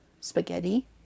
spaghetti